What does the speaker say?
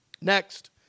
Next